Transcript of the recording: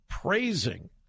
praising